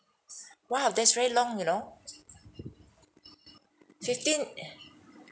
!wow! that's very long you know fifteen uh